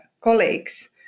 colleagues